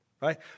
right